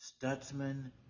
Stutzman